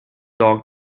dog